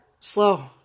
slow